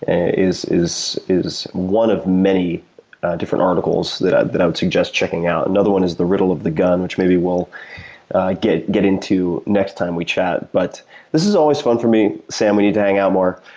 ah is is one of many different articles that ah that i would suggest checking out. another one is the riddle of the gun, which maybe we'll get get into next time we chat. but this is always fun for me. sam, we need to hang out more.